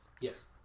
Yes